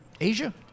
Asia